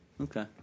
Okay